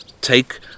Take